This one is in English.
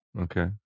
Okay